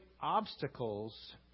obstacles